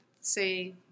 say